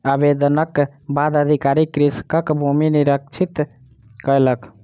आवेदनक बाद अधिकारी कृषकक भूमि निरिक्षण कयलक